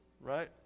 Right